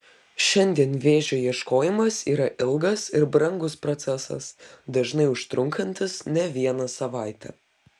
šiandien vėžio ieškojimas yra ilgas ir brangus procesas dažnai užtrunkantis ne vieną savaitę